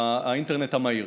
האינטרנט המהיר,